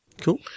Cool